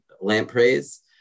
lampreys